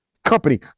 company